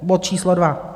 Bod číslo dvě.